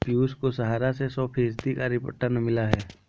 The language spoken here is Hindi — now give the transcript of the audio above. पियूष को सहारा से सौ फीसद का रिटर्न मिला है